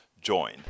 join